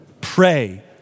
pray